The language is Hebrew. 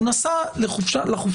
הוא נסע לחופשה.